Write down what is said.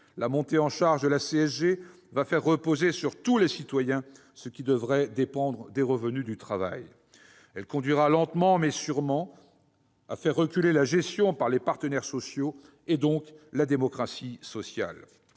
La montée en charge de la CSG fera reposer sur tous les citoyens ce qui devrait dépendre des revenus du travail. Elle conduira, lentement, mais sûrement, à faire reculer la gestion par les partenaires sociaux et, donc, la démocratie sociale.